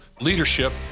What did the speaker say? leadership